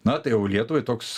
na tai jau lietuvai toks